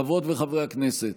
חברות וחברי הכנסת,